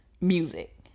music